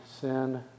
sin